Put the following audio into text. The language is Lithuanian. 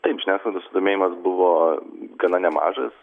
taip žiniasklaidos susidomėjimas buvo gana nemažas